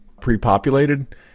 pre-populated